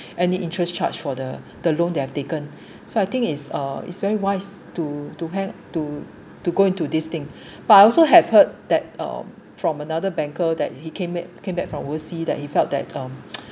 any interest charge for the the loan they have taken so I think it's uh it's very wise to to have to to go into this thing but I also have heard that uh from another banker that he came back came back from overseas that he felt that um